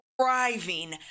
thriving